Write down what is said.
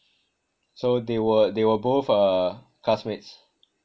so they were they were both uh classmates